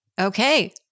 Okay